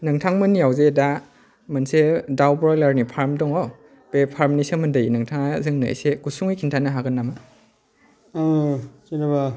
नोंथांमोननियाव जे दा मोनसे दाव ब्रइलारनि फार्म दङ बे फार्मनि सोमोन्दै नोंथाङा जोंनो एसे गुसुङै खिन्थानो हागोन नामा जेनेबा